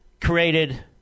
created